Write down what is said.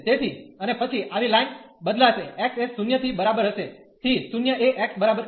તેથી અને પછી આવી લાઇન બદલાશે x એ 0 થી બરાબર હશે થી 0 એ x બરાબર 1